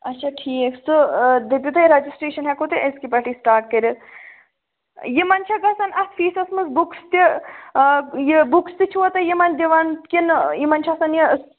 اچھا ٹھیٖک سُہ دٔپِو تُہۍ رجسٹرٛیشَن ہیٚکو تیٚلہِ أزۍکہِ پیٚٹھٕے سِٹاٹ کٔرِتھ یِمن چھا گژھان اتھ فیٚسس منٛز بُکٕس تہٕ یہِ بُکٕس تہِ چھِوا تُہۍ دِوان کِنہٕ یِمَن چھا آسان یہِ